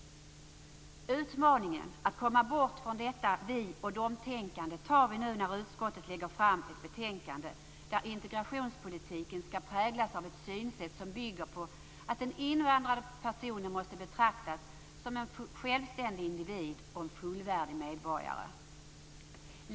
Utmaningen att komma bort från detta vi-och-detänkande antar vi nu när utskottet lägger fram ett betänkande där integrationspolitiken präglas av ett synsätt som bygger på att den invandrade måste betraktas som en självständig individ och en fullvärdig medborgare.